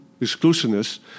exclusiveness